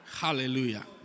Hallelujah